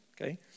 okay